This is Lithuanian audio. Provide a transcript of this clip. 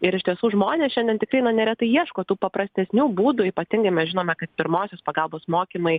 ir iš tiesų žmonės šiandien tikrai na neretai ieško tų paprastesnių būdų ypatingai mes žinome kad pirmosios pagalbos mokymai